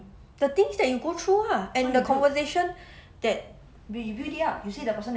the things that you go through ah and the conversation that